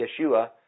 Yeshua